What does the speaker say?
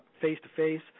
face-to-face